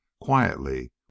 quietly